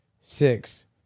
six